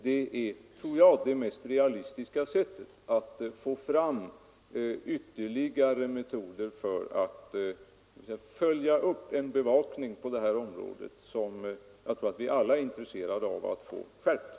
Detta tror jag är det mest realistiska sättet att få fram ytterligare metoder för att följa upp en bevakning på det här området, som jag tror att vi alla är intresserade av att få skärpt.